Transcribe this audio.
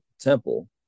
temple